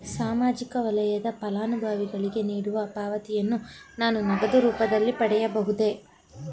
ಸಾಮಾಜಿಕ ವಲಯದ ಫಲಾನುಭವಿಗಳಿಗೆ ನೀಡುವ ಪಾವತಿಯನ್ನು ನಾನು ನಗದು ರೂಪದಲ್ಲಿ ಪಡೆಯಬಹುದೇ?